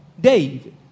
David